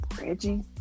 Reggie